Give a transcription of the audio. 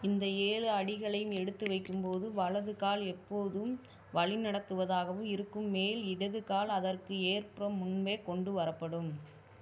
இந்த ஏழு அடிகளையும் எடுத்து வைக்கும் போது வலது கால் எப்போதும் வழிநடத்துவதாகவும் இருக்கும் மேல் இடது கால் அதற்கு ஏற்ப முன்பே கொண்டு வரப்படும்